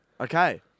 Okay